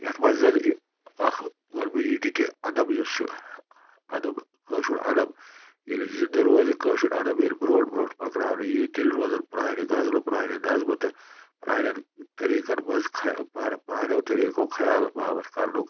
یَتھ منٛز زَن اَکھ وَنہٕ بہٕ یہِ تہِ کہِ اَدب یُس چھُ اَدب کٲشُر اَدب ییٚلہِ زِندٕ روزِ کٲشُر اَدب ییلہِ برونٛٹھ برونٛٹھ پَکناونہٕ یی تیٚلہِ روزَن پرانہِ غزلہٕ پرانہِ نظمہٕ تہٕ پرانٮ۪ن طٔریٖقَن منٛز پرٛانو طٔریٖقو خیال باوَتھ کَرنُک